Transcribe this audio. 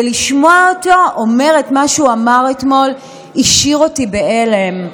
ולשמוע אותו אומר מה שהוא אמר אתמול השאיר אותי בהלם.